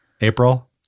April